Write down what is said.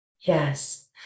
Yes